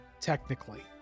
technically